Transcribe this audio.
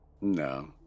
No